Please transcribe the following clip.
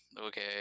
okay